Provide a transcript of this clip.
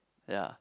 ya